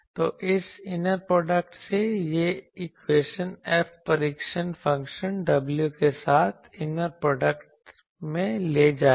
तो इस inner product से यह इक्वेशन F परीक्षण फ़ंक्शन w के साथ इनर प्रोडक्ट में ले जाएगा